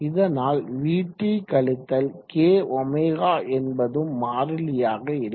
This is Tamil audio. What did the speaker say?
இதனால் vt கழித்தல் kω என்பதும் மாறிலியாக இருக்கும்